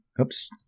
Oops